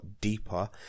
deeper